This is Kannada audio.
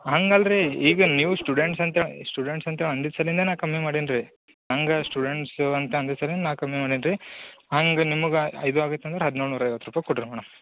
ಹಂಗಲ್ಲ ರೀ ಈಗ ನೀವು ಸ್ಟೂಡೆಂಟ್ಸ್ ಅಂತ ಸ್ಟೂಡೆಂಟ್ಸ್ ಅಂತ ಅಂದಿದ್ದ ಸಲಿನೇ ನಾ ಕಮ್ಮಿ ಮಾಡಿನಿ ರೀ ಹಂಗಾ ಸ್ಟೂಡೆಂಟ್ಸ್ ಅಂತ ಅಂದಿದ್ದ ಸಲಿನೇ ನಾ ಕಮ್ಮಿ ಮಾಡಿನಿ ರೀ ಹಂಗೆ ನಿಮ್ಮಗೆ ಇದು ಆಗತ್ತೆ ಅಂದ್ರೆ ಹದಿನೇಳು ನೂರ ಐವತ್ತು ರೂಪಾಯಿ ಕೊಡಿರಿ ಮೇಡಮ್